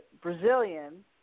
Brazilian